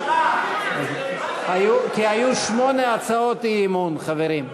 כי היו שמונה הצעות אי-אמון, חברים.